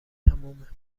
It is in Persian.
تمومه